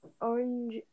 orange